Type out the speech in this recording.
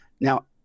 Now